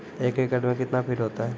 एक एकड मे कितना फीट होता हैं?